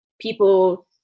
people